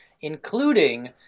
including